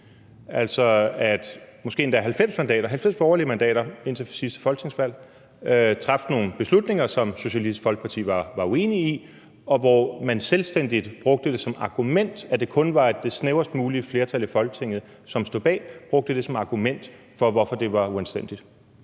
altså at måske endda 90 borgerlige mandater indtil sidste folketingsvalg traf nogle beslutninger, som Socialistisk Folkeparti var uenig i, og hvor man brugte det, at det kun var det snævrest mulige flertal i Folketinget, som stod bag, som et selvstændigt argument for, hvorfor det var uanstændigt.